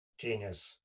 Genius